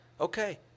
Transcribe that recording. okay